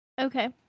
Okay